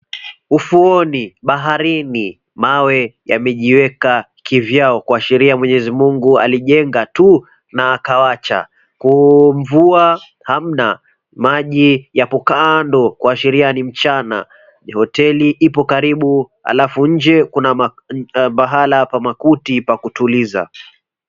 Ufuoni baharini, mawe yamejiweka kivyao kwa sheria ya Mwenyezi Mungu alijenga tu na akawacha. Kumvua hamna, maji yapo kando kwa sheria ni mchana. Hoteli ipo karibu halafu nje kuna pahala pa makuti pa kutuliza.